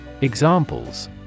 Examples